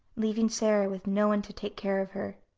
leaving sara, with no one to take care of her.